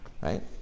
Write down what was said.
right